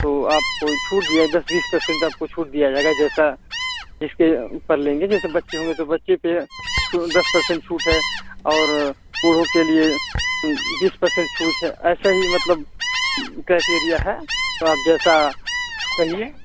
तो आपको छूट दिया दस बीस पर्सेंट आपको छूट दिया जाएगा जैसा जिसके अ ऊपर लेंगे जैसे बच्चे होंगे तो बच्चे पर छू दस पर्सेंट छूट है और बूढ़ों के लिए बीस पर्सेंट छूट है ऐसा ही मतलब क्राइटेरिया है तो आप जैसा कहिए